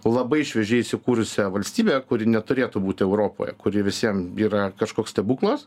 labai šviežiai įsikūrusią valstybę kuri neturėtų būti europoje kuri visiem yra kažkoks stebuklas